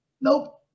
nope